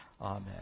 Amen